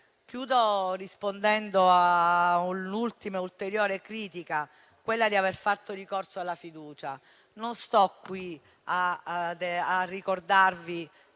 Concludo rispondendo a un'ultima e ulteriore critica, quella di aver fatto ricorso alla fiducia. Non sto qui a ricordarvi